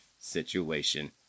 situation